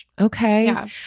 okay